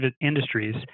industries